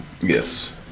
Yes